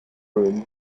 room